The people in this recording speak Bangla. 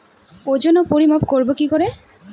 ওজন ও পরিমাপ করব কি করে?